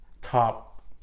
top